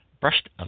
brushed